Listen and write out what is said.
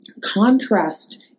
contrast